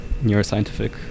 neuroscientific